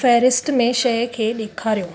फ़हिरिस्त में शइ खे ॾेखारियो